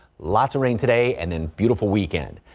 lots of rain today and then beautiful weekend.